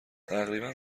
تقریبا